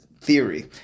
theory